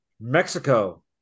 Mexico